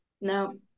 no